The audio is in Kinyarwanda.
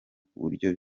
kuburyo